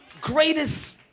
greatest